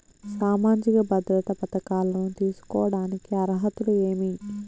సామాజిక భద్రత పథకాలను తీసుకోడానికి అర్హతలు ఏమి?